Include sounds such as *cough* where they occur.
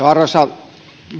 *unintelligible* arvoisa